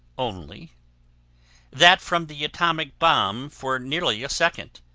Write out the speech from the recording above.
only that from the atomic bomb for nearly a second,